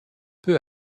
peu